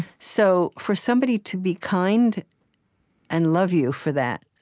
so for somebody to be kind and love you for that,